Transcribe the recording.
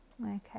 Okay